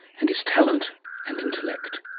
and his talent and intellect